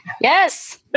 Yes